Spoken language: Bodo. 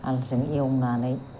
हालजों एवनानै